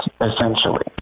essentially